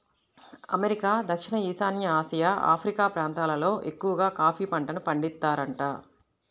America, దక్షిణ ఈశాన్య Asia, Africa ప్రాంతాలల్లో ఎక్కవగా కాఫీ పంటను పండిత్తారంట